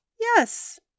Yes